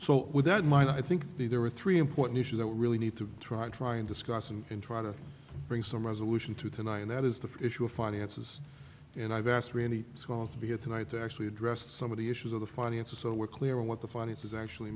so with that in mind i think the there are three important issues that we really need to try try and discuss and try to bring some resolution to tonight and that is the issue of finances and i've asked many scholars to be here tonight to actually address some of the issues of the finances so we're clear on what the finances actually